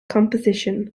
composition